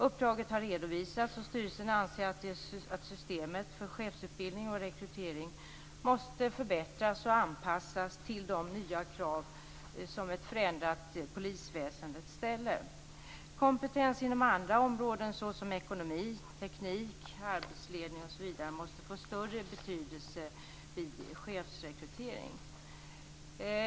Uppdraget har redovisats och styrelsen anser att systemet för chefsutbildning och rekrytering måste förbättras och anpassas till de nya krav som ett förändrat polisväsende ställer. Kompetens inom andra områden såsom ekonomi, teknik, arbetsledning osv. måste få större betydelse vid chefsrekrytering.